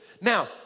Now